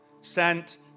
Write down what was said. sent